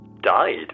died